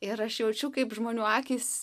ir aš jaučiu kaip žmonių akys